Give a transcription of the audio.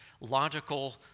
logical